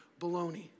baloney